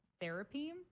therapy